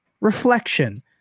reflection